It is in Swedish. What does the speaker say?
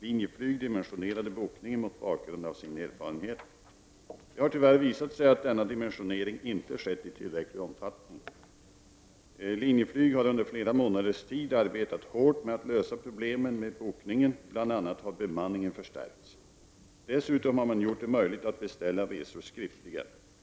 Linjeflyg dimensionerade bokningen mot bakgrund av sin erfarenhet. Det har tyvärr visat sig att denna dimensionering inte varit tillräcklig. Linjeflyg har under flera månaders tid arbetat hårt med att lösa problemen med bokningen, bl.a. har bemanningen förstärkts. Dessutom har man gjort det möjligt att beställa resor skriftligen.